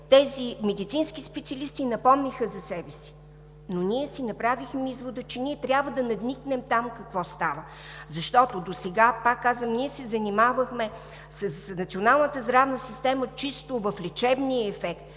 тези медицински специалисти напомниха за себе си, но ние си направихме извода, че трябва да надникнем там какво става. Защото досега, пак казвам, ние се занимавахме с националната здравна система чисто в лечебния ѝ ефект